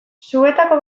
zuetako